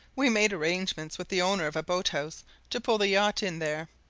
we made arrangements with the owner of a boat-house to pull the yacht in there,